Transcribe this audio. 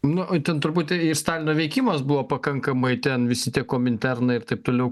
na o ten turbūt ir stalino veikimas buvo pakankamai ten visi tie kominternai ir taip toliau